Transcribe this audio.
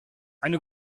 eine